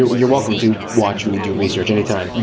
you're welcome to watch me do research anytime.